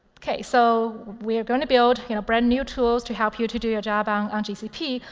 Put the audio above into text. ok. so we're going to build you know brand new tools to help you to do your job ah and on gcp.